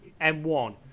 M1